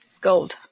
gold